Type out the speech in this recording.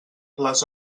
les